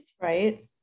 right